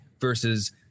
versus